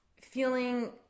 feeling